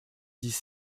dix